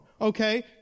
Okay